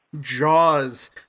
jaws